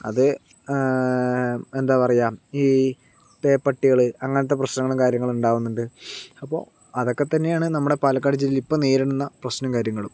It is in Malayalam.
അതേ എന്താ പറയുക ഈ പേപ്പട്ടികൾ അങ്ങനത്തെ പ്രശ്നങ്ങളും കാര്യങ്ങളും ഉണ്ടാകുന്നുണ്ട് അപ്പോൾ അതൊക്കെത്തന്നെയാണ് നമ്മുടെ പാലക്കാട് ജില്ലയിൽ ഇപ്പം നേരിടുന്ന പ്രശ്നം കാര്യങ്ങളും